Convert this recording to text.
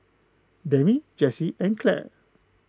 Demi Jessye and Clare